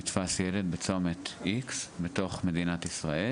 נתפס ילד בצומת X בתוך מדינת ישראל.